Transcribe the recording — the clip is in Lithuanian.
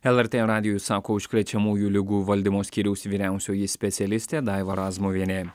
lrt radijui sako užkrečiamųjų ligų valdymo skyriaus vyriausioji specialistė daiva razmuvienė